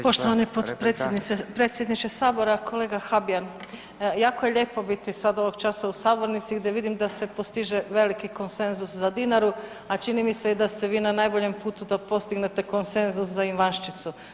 Poštovani potpredsjedniče sabora, kolega Habijan jako je lijepo biti sad ovog časa u sabornici gdje vidim da se postiže veliki konsenzus za Dinaru, a čini mi se da ste i vi na najboljem putu da postignete konsenzus za Ivanščiću.